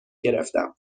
گرفتم